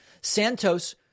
Santos